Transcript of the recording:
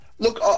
Look